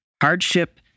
hardship